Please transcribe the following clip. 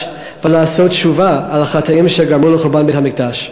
ולעשות תשובה על החטאים שגרמו לחורבן בית-המקדש.